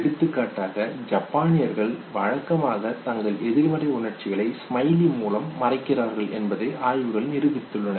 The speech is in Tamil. எடுத்துக்காட்டாக ஜப்பானியர்கள் வழக்கமாக தங்கள் எதிர்மறை உணர்ச்சிகளை ஸ்மைலி மூலம் மறைக்கிறார்கள் என்பதை ஆய்வுகள் நிரூபித்துள்ளன